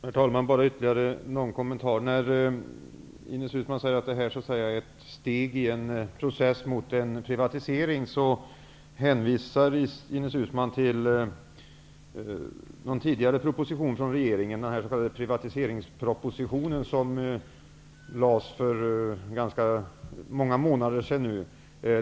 Herr talman! Bara ytterligare någon kommentar. Ines Uusmann säger att bolagisering är ett steg i en process mot en privatisering och hänvisar till en tidigare proposition, den s.k. privatiseringspropositionen, som lades fram för ganska många månader sedan.